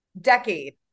decade